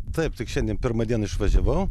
taip tik šiandien pirmą dieną išvažiavau